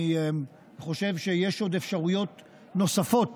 אני חושב שיש אפשרויות נוספות